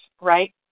right